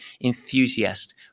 enthusiast